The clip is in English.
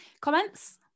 Comments